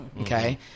okay